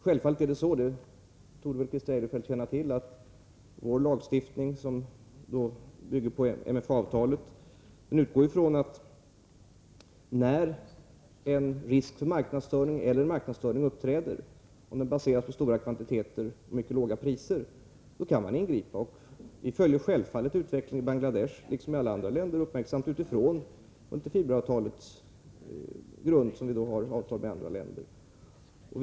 Som Christer Eirefelt torde känna till kan vi självfallet ingripa enligt MFA-avtalet när det föreligger risk för en marknadsstörning eller när en marknadsstörning uppträder om den baseras på stora kvantiteter och mycket låga priser. Vi följer självfallet uppmärksamt utvecklingen i Bangladesh utifrån multifiberavtalet liksom vi gör det i de länder som vi har slutit detta avtal med.